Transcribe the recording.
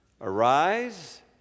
Arise